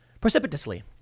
precipitously